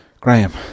Graham